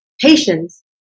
patience